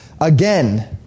Again